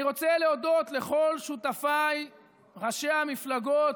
אני רוצה להודות לכל שותפיי ראשי המפלגות,